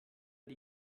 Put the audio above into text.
die